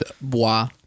Bois